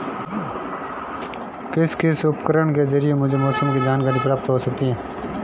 किस किस उपकरण के ज़रिए मुझे मौसम की जानकारी प्राप्त हो सकती है?